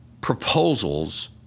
proposals